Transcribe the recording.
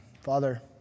Father